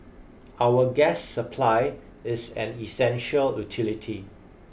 our gas supply is an essential utility